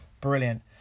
Brilliant